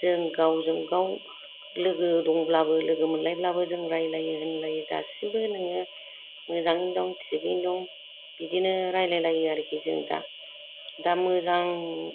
जों गावजों गाव लोगो दंब्लाबो लोगो मोनलायब्लाबो जों रायलायो होनलायो दासिमबो नोङो मोजाङैनो दं थिगैनो दं बिदिनो रायलायलायो आरो कि जों दा दा मोजां